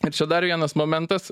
ir čia dar vienas momentas